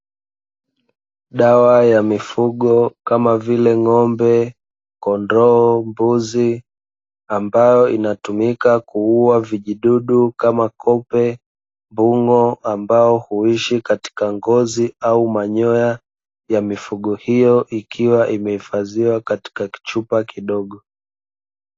Dawa ya mifugo Kama vile ng’ombe, kondoo, mbuzi, ambayo inatumika kuuwa vijidudu kama kope, mbung’o, ambao huishi katika ngozi au manyoya ya mifugo hiyo ikiwa imehifadhiwa katika kichupa kidogo.